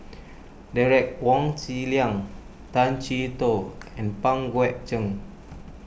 Derek Wong Zi Liang Tay Chee Toh and Pang Guek Cheng